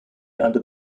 under